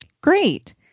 Great